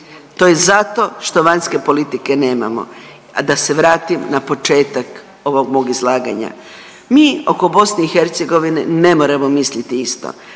To je zato što vanjske politike nemamo. A da se vratim na početak ovog mog izlaganja. Mi oko BiH ne moramo misliti isto.